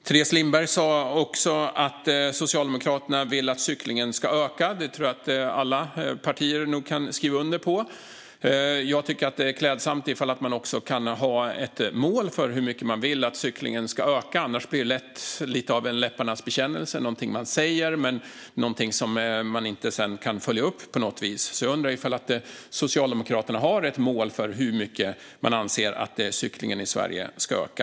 Teres Lindberg sa också att Socialdemokraterna vill att cyklingen ska öka. Jag tror att alla partier kan skriva under på det. Det vore klädsamt om de också hade ett mål för hur mycket cyklingen ska öka, annars blir det lätt bara en läpparnas bekännelse och något man säger men som inte går att följa upp senare. Har Socialdemokraterna ett mål för hur mycket cyklingen i Sverige ska öka?